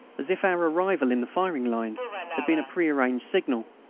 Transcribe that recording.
as if our arrival in the firing line had been a prearranged signal.